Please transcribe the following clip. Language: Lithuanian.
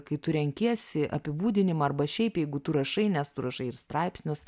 kai tu renkiesi apibūdinimą arba šiaip jeigu tu rašai nes tu rašai ir straipsnius